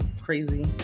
crazy